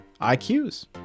IQs